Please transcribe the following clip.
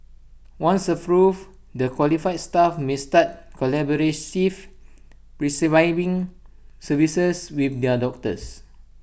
once approved the qualified staff may start collaborative prescribing services with their doctors